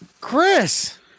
Chris